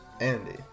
Andy